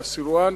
בסילואן,